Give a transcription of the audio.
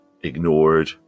ignored